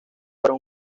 para